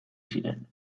ziren